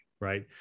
right